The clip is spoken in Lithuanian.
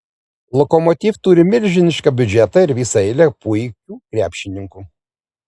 lokomotiv turi milžinišką biudžetą ir visą eilę puikių krepšininkų